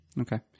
Okay